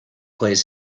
plays